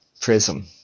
prism